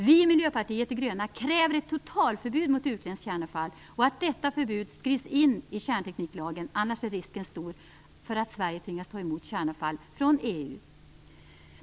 Vi i Miljöpartiet de gröna kräver ett totalförbud mot utländskt kärnavfall och att detta förbud skrivs in i kärntekniklagen. Annars är risken stor att Sverige tvingas ta emot kärnavfall från EU.